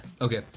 Okay